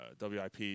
WIP